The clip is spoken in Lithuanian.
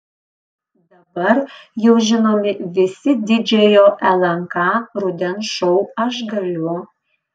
dabar jau žinomi visi didžiojo lnk rudens šou aš galiu